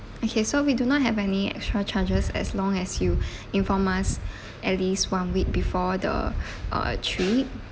okay so we do not have any extra charges as long as you inform us at least one week before the uh trip